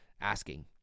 asking